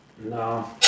No